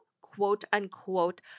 quote-unquote